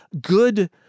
good